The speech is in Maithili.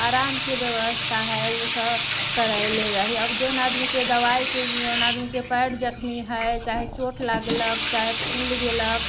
आरामके व्यवस्था हइ ओसभ करयले रही अब जोन आदमीके दबाइके जोन आदमीके पएर जख्मी हइ चाहे चोट लागलक चाहे फूलि गेलक